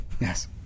Yes